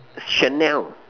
Chanel